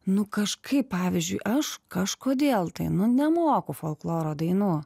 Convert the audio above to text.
nu kažkaip pavyzdžiui aš kažkodėl tai nu nemoku folkloro dainų